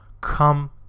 come